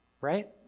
right